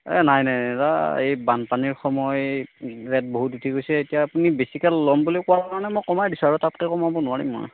এ নাই নাই দাদা এই বানপানীৰ সময় ইয়াত বহুত উটি গৈছে এতিয়া আপুনি বেছিকৈ ল'ম বুলি কোৱাৰ কাৰণে মই কমাই দিছোঁ আৰু তাতকৈ কমাব নোৱাৰিম মই